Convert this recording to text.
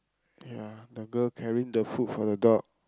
ya the girl carrying the food for the dog